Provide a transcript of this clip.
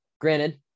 Granted